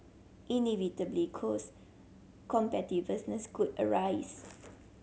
inevitably cost competitiveness could arise